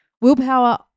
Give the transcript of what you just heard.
Willpower